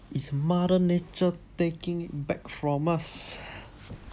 it's mother nature taking back from us